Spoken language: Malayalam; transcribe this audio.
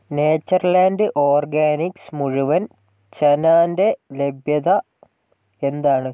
നേച്ചർ ലാൻഡ് ഓർഗാനിക്സ് മുഴുവൻ ചനാന്റെ ലഭ്യത എന്താണ്